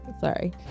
Sorry